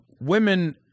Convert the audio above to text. women